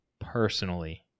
personally